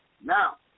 Now